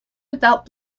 without